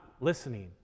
listening